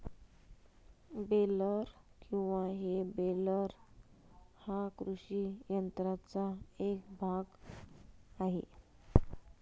baler किंवा हे baler हा कृषी यंत्राचा एक भाग आहे